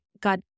God